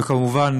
וכמובן,